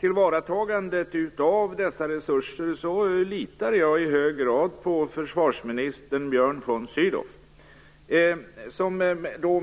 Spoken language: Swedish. tillvaratagandet av dessa resurser litar jag i hög grad på försvarsminister Björn von Sydow.